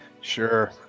Sure